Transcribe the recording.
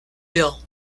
bill